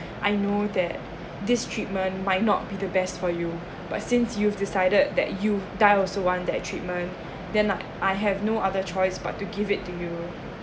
I know that this treatment might not be the best for you but since you've decided that you die also want that treatment then like I have no other choice but to give it to you